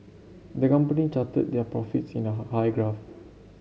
the company charted their profits in a high graph